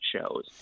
shows